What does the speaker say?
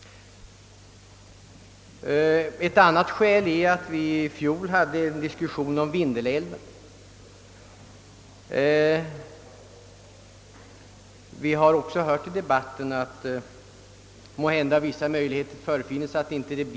Ett annat skäl är att vi i fjol hade en diskussion om Vindeälven. I detta ärende var inte minst herr Nilsson i Agnäs mycket livligt engagerad.